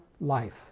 life